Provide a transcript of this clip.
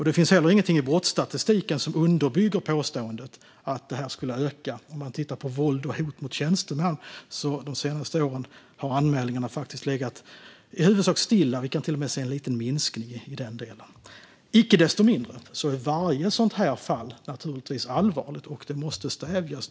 Det finns heller ingenting i brottsstatistiken som underbygger påståendet att våld och hot mot tjänsteman skulle ha ökat. De senaste åren har anmälningarna legat i huvudsak stilla. Vi kan till och med se en liten minskning i den delen. Icke desto mindre är varje sådant här fall naturligtvis allvarligt och måste stävjas.